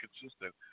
consistent